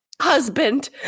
husband